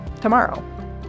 tomorrow